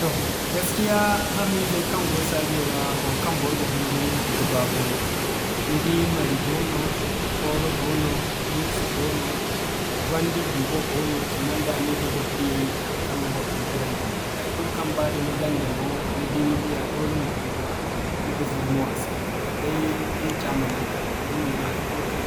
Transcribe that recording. Toh gaskiya hamizey kaŋ go saajo ra, waŋkaŋ bor ga humburu i ga baa gumo. Ni di mari goono, Kooro goono, muusu goono, gwandi bumbo i mey-da-mey da bor di yaay haŋkaŋ ga bor humburandi no. Haikulu kaŋ ba da ni gande mo, ni di ni diya doole ma humbura ni ga zuru mo a se kala day da ni ca mana ni ka doole moono haikulu kaŋ